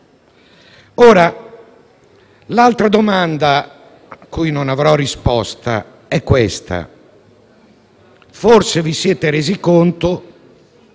L'altra domanda, cui non avrò risposta, è questa: forse vi siete resi conto